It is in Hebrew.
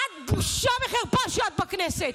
את, בושה וחרפה שאת בכנסת.